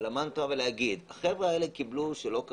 החבר'ה קיבלו שלא כחוק.